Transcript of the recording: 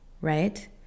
right